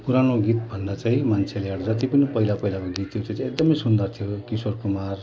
पुरानो गीत भन्दा चाहिँ मान्छेले अब जति पनि पहिला पहिलाको गीत थियो त्यो चाहिँ एकदम सुन्दर थियो किशोर कुमार